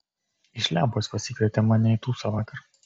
iš lempos pasikvietė mane į tūsą vakar